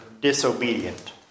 disobedient